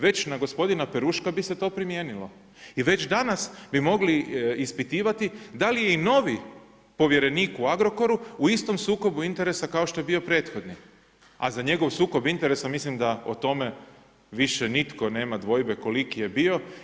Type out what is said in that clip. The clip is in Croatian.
Već na gospodine Peruška bi se to primijenilo i već danas bi mogli ispitivati da li je i novi povjerenik u Agrokoru u istom sukobu interesa kao što je bio prethodni, a za njegov sukob interesa, mislim da o tome više nitko nema dvojbe koliki je bio.